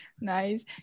Nice